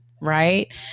Right